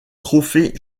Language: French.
trophée